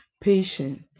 patient